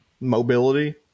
Mobility